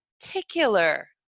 particular